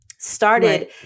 started